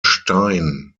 stein